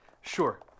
Sure